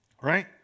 right